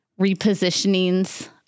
repositionings